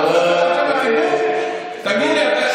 תגיד לי,